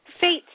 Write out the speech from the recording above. fate